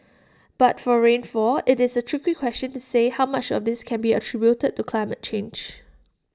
but for rainfall IT is A tricky question to say how much of this can be attributed to climate change